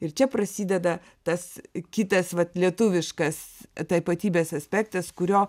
ir čia prasideda tas kitas lietuviškas tapatybės aspektas kurio